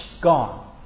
gone